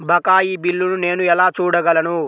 బకాయి బిల్లును నేను ఎలా చూడగలను?